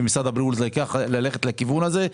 ומשרד הבריאות ללכת לכיוון הזה,